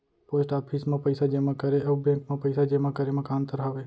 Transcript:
post office मा पइसा जेमा करे अऊ बैंक मा पइसा जेमा करे मा का अंतर हावे